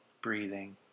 breathing